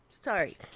Sorry